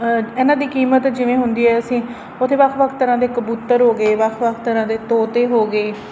ਇਹਨਾਂ ਦੀ ਕੀਮਤ ਜਿਵੇਂ ਹੁੰਦੀ ਹੈ ਅਸੀਂ ਉੱਥੇ ਵੱਖ ਵੱਖ ਤਰ੍ਹਾਂ ਦੇ ਕਬੂਤਰ ਹੋ ਗਏ ਵੱਖ ਵੱਖ ਤਰ੍ਹਾਂ ਦੇ ਤੋਤੇ ਹੋ ਗਏ